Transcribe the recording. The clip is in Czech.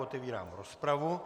Otevírám rozpravu.